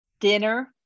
dinner